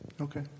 Okay